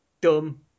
dumb